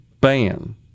ban